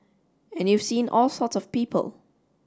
and you've seen all sorts of people